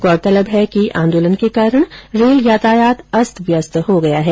गौरतलब है कि आन्दोलन के कारण रेल यातायात अस्त व्यस्त हो गया है